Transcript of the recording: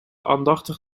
aandachtig